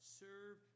serve